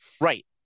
Right